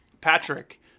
Patrick